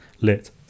lit